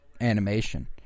animation